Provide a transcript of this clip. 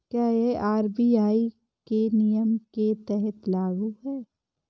क्या यह आर.बी.आई के नियम के तहत लागू है?